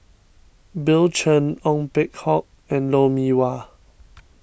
Bill Chen Ong Peng Hock and Lou Mee Wah